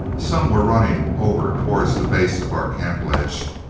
some were running over toward the base of our camp ledge.